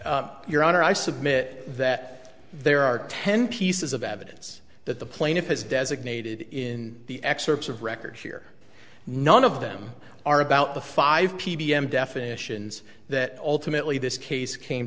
your honor i submit that there are ten pieces of evidence that the plaintiff has designated in the excerpts of record here none of them are about the five p b m definitions that ultimately this case came